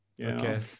Okay